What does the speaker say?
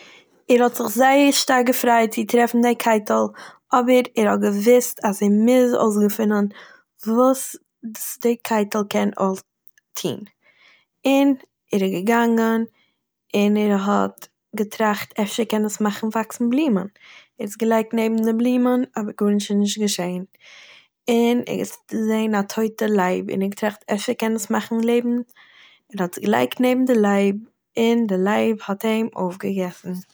ער האט זיך זייער שטארק געפריידט צו טרעפן די קייטל, אבער ער האט געוואוסט אז ער מוז אויסגעפינען וואס די קייטל קען אויפטוהן. און ער איז געגאנגען און ער האט געטראכט, אפשר קען עס מאכן וואקסן בלומען? ער האט עס געלייגט נעבן די בלומען - אבער גארנישט איז נישט געשען. און ער האט געזעהן א טויטע לייב און ער האט געטראכט, אפשר קען עס מאכן לייבן? - ער האט עס געלייגט נעבן די לייב און, די לייב האט אים אויפגעגעסן!